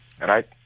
right